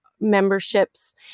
memberships